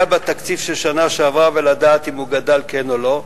בתקציב של שנה שעברה ולדעת אם הוא גדל כן או לא,